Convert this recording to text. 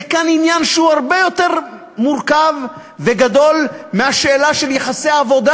זה כאן עניין שהוא הרבה יותר מורכב וגדול מהשאלה של יחסי עבודה.